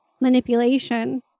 manipulation